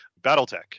Battletech